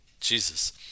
Jesus